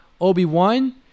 Obi-Wan